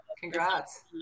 Congrats